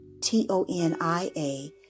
T-O-N-I-A